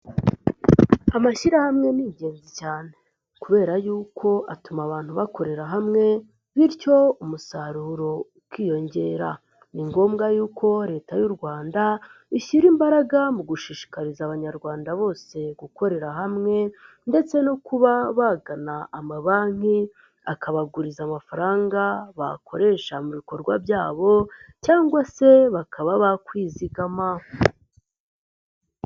Amashyirahamwe ni ingenzi cyane kubera yuko atuma abantu bakorera hamwe bityo umusaruro ukiyongera ni ngombwa yuko leta y'u Rwanda ishyira imbaraga mu gushishikariza abanyarwanda bose gukorera hamwe ndetse no kuba bagana amabanki akabaguriza amafaranga bakoresha mu bikorwa byabo cyangwa se bakaba bakwizigama.